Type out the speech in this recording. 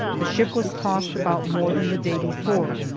the ship was tossed about more than the day before,